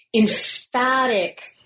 emphatic